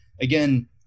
again